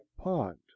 pond